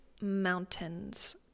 mountains